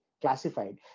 classified